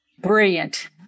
Brilliant